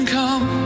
come